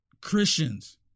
Christians